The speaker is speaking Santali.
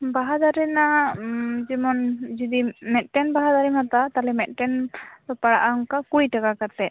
ᱵᱟᱦᱟ ᱫᱟᱨᱮ ᱨᱮᱱᱟᱜ ᱡᱮᱢᱚᱱ ᱡᱩᱫᱤ ᱢᱤᱫᱴᱮᱱ ᱵᱟᱦᱟ ᱫᱟᱨᱮᱢ ᱦᱟᱛᱟᱣᱟ ᱛᱟᱦᱚᱞᱮ ᱢᱤᱫᱴᱮᱱ ᱯᱟᱲᱟᱜᱼᱟ ᱠᱩᱲᱤ ᱴᱟᱠᱟ ᱠᱟᱛᱮᱫ